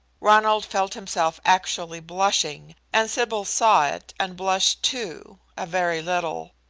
ronald felt himself actually blushing, and sybil saw it and blushed too, a very little.